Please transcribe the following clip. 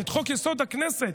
את חוק-יסוד: הכנסת,